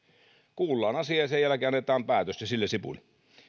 kuullaan asia ja sen jälkeen annetaan päätös ja sillä sipuli